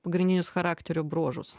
pagrindinius charakterio bruožus